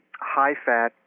high-fat